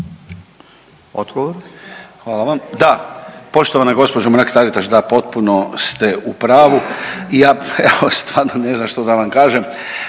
(DP)** Hvala vam. Da, poštovana gospođo Mrak Taritaš, da potpuno ste u pravu i ja evo stvarno ne znam što da vam kažem.